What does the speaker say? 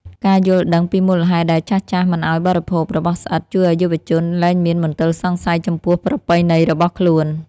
ការយល់ដឹងពីមូលហេតុដែលចាស់ៗមិនឱ្យបរិភោគរបស់ស្អិតជួយឱ្យយុវជនលែងមានមន្ទិលសង្ស័យចំពោះប្រពៃណីរបស់ខ្លួន។